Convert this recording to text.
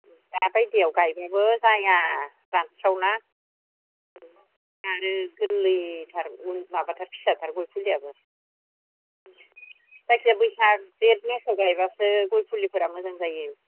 उम दा बायदियाव गायनोबो जाया रानस्राव ना उम आरो गोरलैथार उम माबाथार फिसाथार गय फुलिआबो उम जायखिया बैसाग जेठ मासआव गायबासो गय फुलिफोरा मोजां जायो